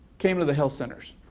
came to the health centers.